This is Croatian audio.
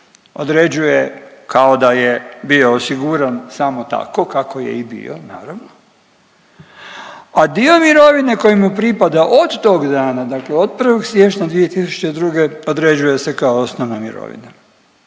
određuje kao da je bio osiguran samo tako kako je i bio naravno, a dio mirovine koji mu pripada od tog dana, dakle od 1. siječnja 2022. određuje se kao osnovna mirovina.